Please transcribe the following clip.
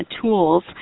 tools